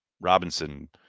Robinson